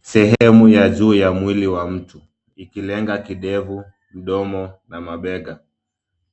Sehemu ya juu ya mwili wa mtu, ikilenga kidevu, mdomo, na mabega.